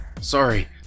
sorry